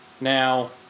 Now